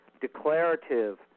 declarative